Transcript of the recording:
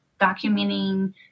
documenting